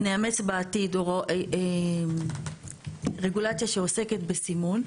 נאמץ בעתיד רגולציה שעוסקת בסימון,